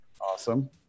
Awesome